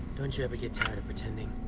don't you ever get tired of pretending?